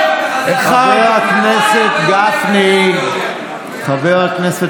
(חבר הכנסת שלמה קרעי